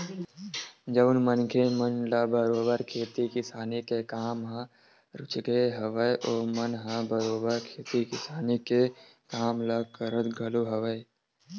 जउन मनखे मन ल बरोबर खेती किसानी के काम ह रुचगे हवय ओमन ह बरोबर खेती किसानी के काम ल करत घलो हवय